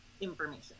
information